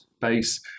base